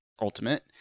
Ultimate